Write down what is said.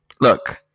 Look